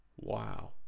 Wow